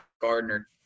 Gardner